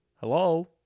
hello